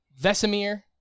Vesemir